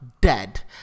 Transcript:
dead